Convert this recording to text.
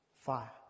fire